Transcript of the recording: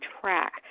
track